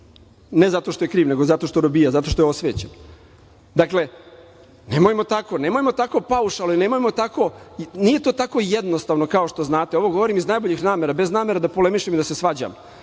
Ne zato što je kriv, nego zato što robija, zato što je osvećen. Nemojmo tako paušalno i nije to tako jednostavno, kao što znate. Ovo govorim iz najboljih namera, bez namere da polemišem i da se svađam,